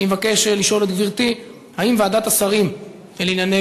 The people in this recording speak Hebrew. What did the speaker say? אני מבקש לשאול את גברתי: האם ועדת השרים לענייני